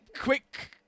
Quick